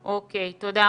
אוקיי, תודה.